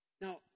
Now